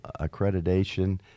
accreditation